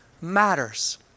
matters